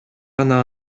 гана